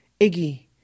Iggy